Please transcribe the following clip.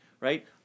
right